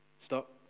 Stop